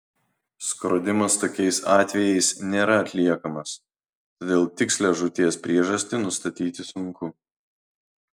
skrodimas tokiais atvejais nėra atliekamas todėl tikslią žūties priežastį nustatyti sunku